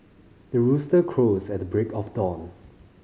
the rooster crows at the break of dawn